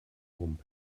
one